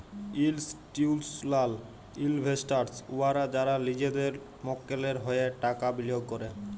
institutional investors উয়ারা যারা লিজেদের মক্কেলের হঁয়ে টাকা বিলিয়গ ক্যরে